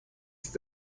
ist